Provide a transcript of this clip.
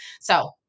So-